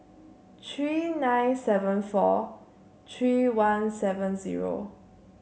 three nine seven four three one seven zero